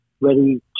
ready